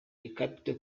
capitol